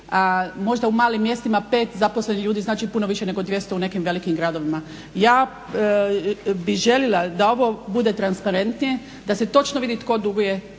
možda u malim mjestima 5 zaposlenih ljudi znači puno više nego 200 u nekim velikim gradovima. Ja bih željela da ovo bude transparentnija, da se točno vidi tko duguje,